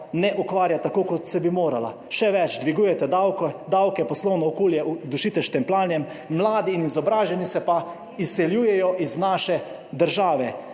ne ukvarja tako, kot se bi morala. Še več. Dvigujete davke, poslovno okolje dušite s štempljanjem, mladi in izobraženi se pa izseljujejo iz naše države.